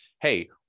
hey